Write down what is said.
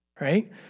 Right